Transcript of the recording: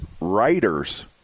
writers